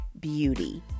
beauty